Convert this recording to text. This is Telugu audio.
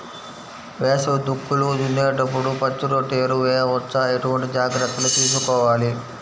వేసవి దుక్కులు దున్నేప్పుడు పచ్చిరొట్ట ఎరువు వేయవచ్చా? ఎటువంటి జాగ్రత్తలు తీసుకోవాలి?